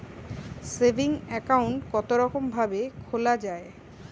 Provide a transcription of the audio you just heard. Saving account কতরকম ভাবে খোলা য়ায়?